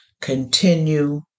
continue